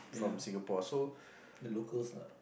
yeah the locals lah